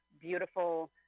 beautiful